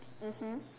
mmhmm